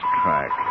track